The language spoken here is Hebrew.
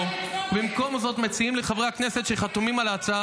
תשאל את פוגל, תשאל את פוגל,